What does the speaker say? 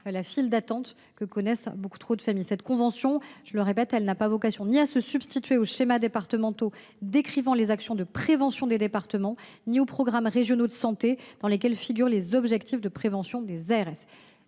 la file d’attente dans laquelle bien trop de familles se trouvent encore. Cette convention, je le répète, n’a vocation à se substituer ni aux schémas départementaux décrivant les actions de prévention des départements ni aux programmes régionaux de santé dans lesquels figurent les objectifs de prévention des ARS.